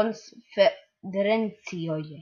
konferencijoje